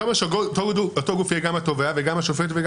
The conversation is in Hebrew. אותו גוף יהיה גם התובע וגם השופט?